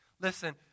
Listen